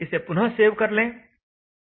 इसे पुनः सेव कर लें